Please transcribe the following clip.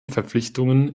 verpflichtungen